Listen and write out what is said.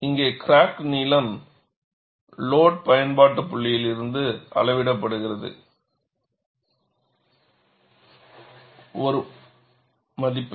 இங்கே கிராக் நீளம் லோடு பயன்பாட்டு புள்ளியில் இருந்து அளவிடப்படுகிறது ஒரு மதிப்பு